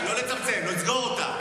אז בואי אני אגיד לך, לא לצמצם, לסגור אותה.